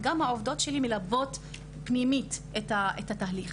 וגם העובדות שלי מלוות פנימית את התהליך.